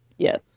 Yes